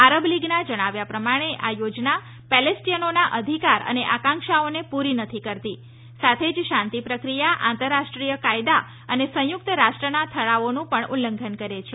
આરબ લીગના જણાવ્યા પ્રમાણે આ થોજના પેલેસ્ટીયનોના અધિકાર અને આકાંક્ષાઓને પૂરી નથી કરતી સાથે જ શાંતિ પ્રક્રિયા આંતરરાષ્ટ્રીય કાયદા અને સંયુક્ત રાષ્ટ્રનાં ઠરાવોનું પણ ઉલ્લંઘન કરી છે